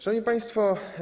Szanowni Państwo!